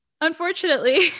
unfortunately